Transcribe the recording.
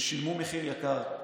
ששילמו מחיר יקר,